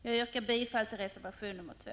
Jag yrkar bifall till reservation 2.